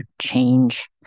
change